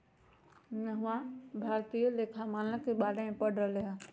नेहवा भारतीय लेखा मानक के बारे में पढ़ रहले हल